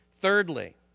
Thirdly